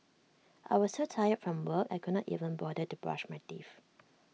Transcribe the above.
I was so tired from work I could not even bother to brush my teeth